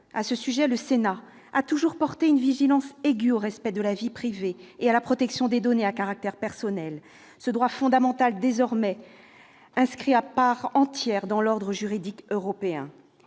Le Sénat, on le sait, a toujours porté une vigilance aiguë au respect de la vie privée et à la protection des données à caractère personnel, droit fondamental désormais inscrit à part entière dans l'ordre juridique européen.